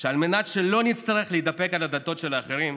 שעל מנת שלא נצטרך להתדפק על הדלתות של אחרים,